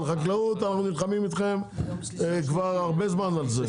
אבל חקלאות אנחנו נלחמים איתכם כבר הרבה זמן על זה.